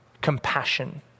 compassion